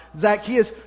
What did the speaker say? Zacchaeus